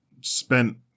spent